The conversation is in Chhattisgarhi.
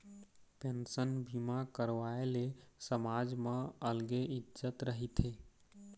पेंसन बीमा करवाए ले समाज म अलगे इज्जत रहिथे